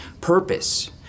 purpose